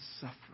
suffering